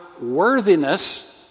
worthiness